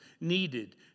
needed